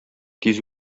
тиз